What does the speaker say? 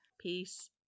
peace